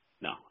No